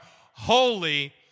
holy